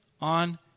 on